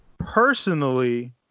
Personally